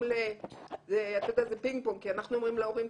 זה פינג-פונג כי אנחנו אומרים להורים,